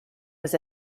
was